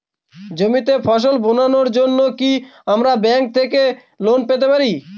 জমিতে ফসল বোনার জন্য কি আমরা ব্যঙ্ক থেকে লোন পেতে পারি?